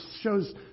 shows